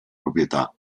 proprietà